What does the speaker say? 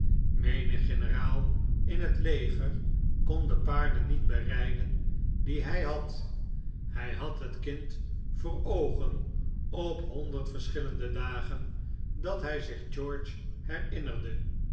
menig generaal in het leger kon de paarden niet berijden die hij had hij had het kind voor oogen op honderd verschillende dagen dat hij zich george herinnerde